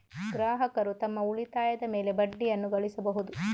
ಗ್ರಾಹಕರು ತಮ್ಮ ಉಳಿತಾಯದ ಮೇಲೆ ಬಡ್ಡಿಯನ್ನು ಗಳಿಸಬಹುದು